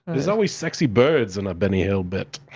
there's always sexy birds in a benny hill bit.